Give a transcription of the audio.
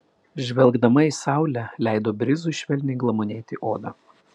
žvelgdama į saulę leido brizui švelniai glamonėti odą